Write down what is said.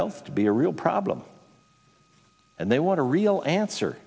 health to be a real problem and they want to real answer